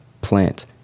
plant